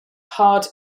hard